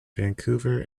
vancouver